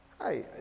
Hi